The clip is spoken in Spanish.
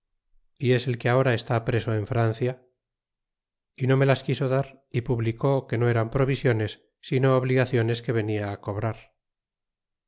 y es el que ahora esta preso en francia y no me las quiso dar y publicó que no eran provisiones sino obligaciones que venia cobrar